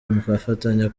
mugafatanya